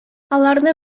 аларны